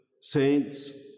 saints